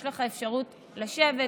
יש לך אפשרות לשבת,